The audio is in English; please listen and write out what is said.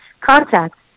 contact